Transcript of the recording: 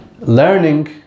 learning